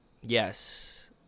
Yes